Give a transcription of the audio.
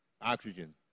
Oxygen